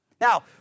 Now